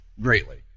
greatly